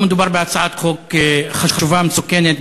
מדובר בהצעת חוק חשובה ומסוכנת,